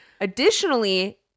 Additionally